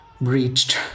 breached